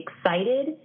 excited